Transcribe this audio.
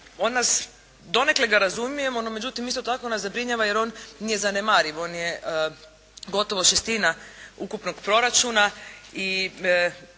prihoda. Donekle ga razumijemo, no međutim isto tako nas zabrinjava jer on nije zanemariv, on je gotovo šestina ukupnog proračuna